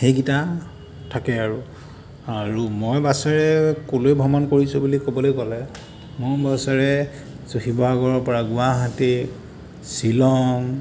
সেইকেইটা থাকে আৰু আৰু মই বাছেৰে ক'লৈ ভ্ৰমণ কৰিছোঁ বুলি ক'বলৈ গ'লে মই বাছেৰে শিৱসাগৰৰ পৰা গুৱাহাটী শ্ৱিলং